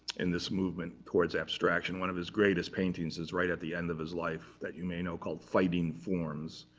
in this movement towards abstraction. one of his greatest paintings is right at the end of his life, that you may know, called fighting forms.